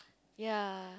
ya